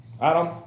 Adam